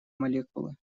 молекулы